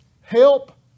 help